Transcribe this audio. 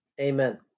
Amen